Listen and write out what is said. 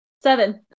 Seven